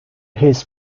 his